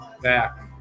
back